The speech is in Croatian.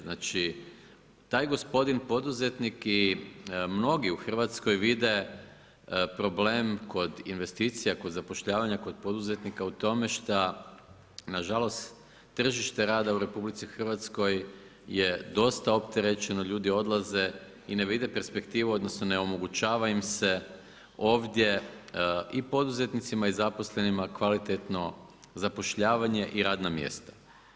Znači taj gospodin poduzetnik i mnogi u Hrvatskoj vide problem kod investicija, kod zapošljavanja, kod poduzetnika u tome šta nažalost tržište rada u RH je dosta opterećeno, ljudi odlaze i ne vide perspektivu, odnosno ne omogućava im se ovdje, i poduzetnicima i zaposlenima, kvalitetno zapošljavanje i radna mjesta.